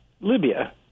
Libya